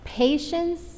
Patience